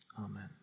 Amen